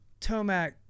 Tomac